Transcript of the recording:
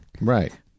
Right